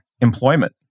employment